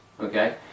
Okay